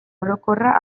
orokorra